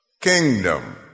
kingdom